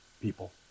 people